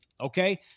Okay